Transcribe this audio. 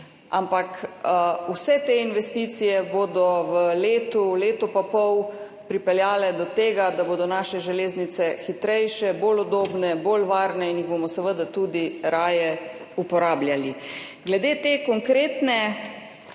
ampak vse te investicije bodo v letu, letu in pol pripeljale do tega, da bodo naše železnice hitrejše, bolj udobne, bolj varne in jih bomo seveda tudi raje uporabljali. Glede te konkretne